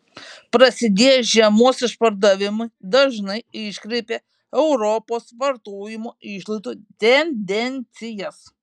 prasidėję žiemos išpardavimai dažnai iškreipia europos vartojimo išlaidų tendencijas